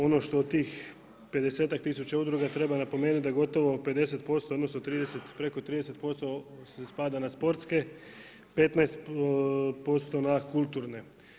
Ono što od tih 50-ak tisuća udruga treba napomeniti da gotovo 50%, odnosno preko 30% spada na sportske, 15% na kulturne.